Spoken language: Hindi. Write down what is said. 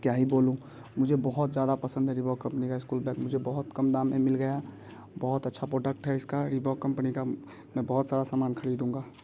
क्या ही बोलूँ मुझे बहुत ज़्यादा पसंद है रिबॉक कंपनी का इस्कूल बैग मुझे बहुत कम दाम में मिल गया बहुत अच्छा पोडक्ट है इसका रिबॉक कंपनी का मैं बहुत सारा समान ख़रीदूँगा